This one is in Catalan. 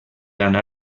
anar